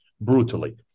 brutally